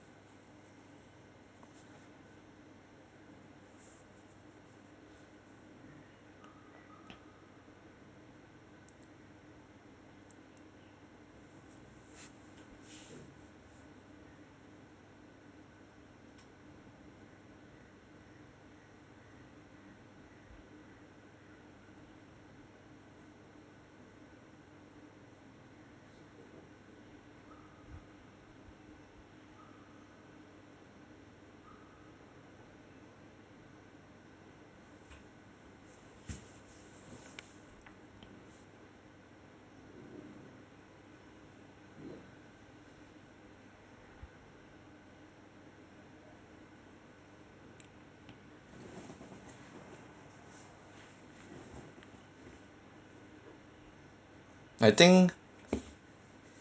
I think